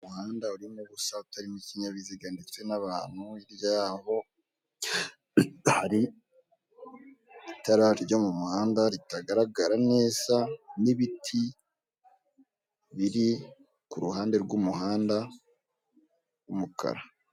Umuhanda urimo ubusa utarimo ikinkinyabiziga ndetse n'abantu hirya yaho hari itara ryo mu muhanda ritagaragara neza n'ibiti biri ku ruhande rw'umuhanda w'umukara.